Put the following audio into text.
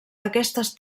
aquestes